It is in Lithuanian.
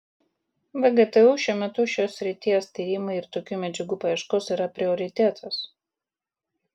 vgtu šiuo metu šios srities tyrimai ir tokių medžiagų paieškos yra prioritetas